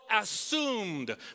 assumed